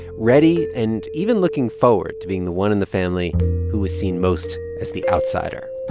ready and even looking forward to being the one in the family who was seen most as the outsider.